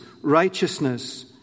righteousness